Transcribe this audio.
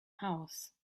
house